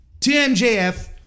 TMJF